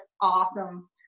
awesome